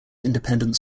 independent